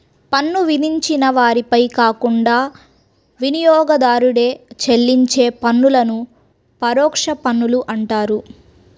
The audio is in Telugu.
పన్ను విధించిన వారిపై కాకుండా వినియోగదారుడే చెల్లించే పన్నులను పరోక్ష పన్నులు అంటారు